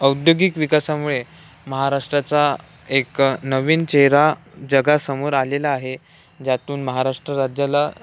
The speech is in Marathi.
औद्योगिक विकासामुळे महाराष्ट्राचा एक नवीन चेहरा जगासमोर आलेला आहे ज्यातून महाराष्ट्र राज्याला